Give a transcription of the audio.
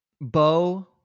Bo